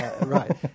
Right